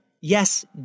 Yes